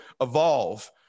evolve